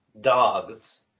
dogs